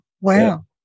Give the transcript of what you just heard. Wow